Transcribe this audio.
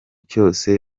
cyose